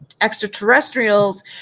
extraterrestrials